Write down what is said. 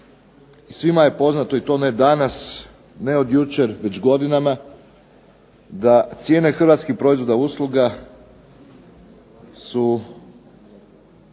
svima je poznato i to ne danas, ne od jučer već godinama da cijene hrvatskih proizvoda usluga su